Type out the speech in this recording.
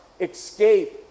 escape